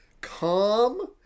Calm